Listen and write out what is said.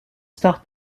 star